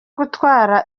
gutwara